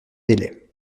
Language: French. délai